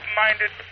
minded